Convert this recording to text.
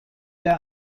der